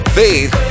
faith